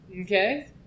Okay